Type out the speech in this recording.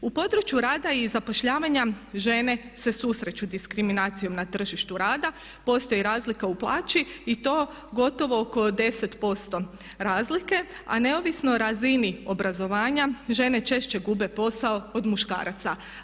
U području rada i zapošljavanja žene se susreću s diskriminacijom na tržištu rada, postoji razlika u plaći i to gotovo oko 10% razlike, a neovisno o razini obrazovanja žene češće gube posao od muškaraca.